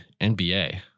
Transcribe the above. NBA